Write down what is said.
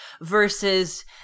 versus